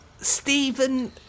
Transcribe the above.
Stephen